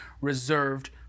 reserved